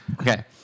Okay